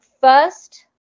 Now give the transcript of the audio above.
First